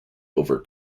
over